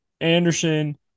Anderson